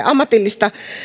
ammatillista